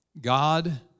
God